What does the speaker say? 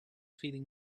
feeling